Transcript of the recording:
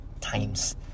times